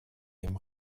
dem